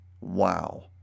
Wow